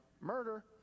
Murder